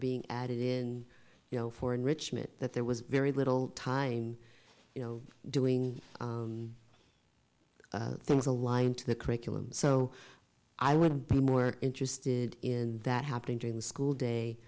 being added in you know for enrichment that there was very little time you know doing things aligned to the curriculum so i would have been more interested in that happening during the school day